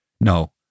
no